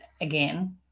again